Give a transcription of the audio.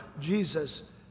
Jesus